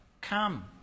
come